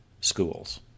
schools